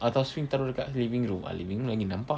atau swing taruk dekat living room ah living room lagi nampak